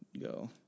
go